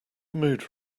mood